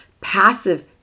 passive